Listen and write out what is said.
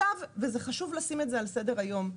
זה חשוב לשים את זה על סדר היום.